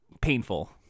painful